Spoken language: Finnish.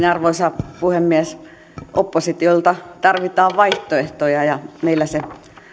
arvoisa puhemies oppositiolta tarvitaan vaihtoehtoja meillä se